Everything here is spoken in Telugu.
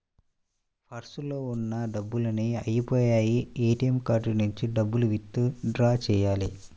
పర్సులో ఉన్న డబ్బులన్నీ అయ్యిపొయ్యాయి, ఏటీఎం కార్డు నుంచి డబ్బులు విత్ డ్రా చెయ్యాలి